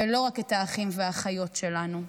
ולא רק את האחים והאחיות שלנו.